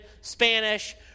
Spanish